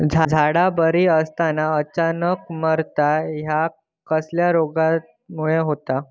झाडा बरी असताना अचानक मरता हया कसल्या रोगामुळे होता?